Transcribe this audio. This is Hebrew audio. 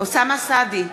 אוסאמה סעדי,